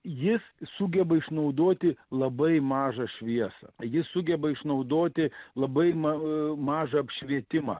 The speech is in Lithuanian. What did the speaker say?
jis sugeba išnaudoti labai mažą šviesą jis sugeba išnaudoti labai ma mažą apšvietimą